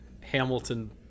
hamilton